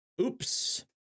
Oops